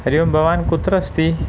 हरिः ओं भवान् कुत्र अस्ति